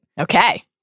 Okay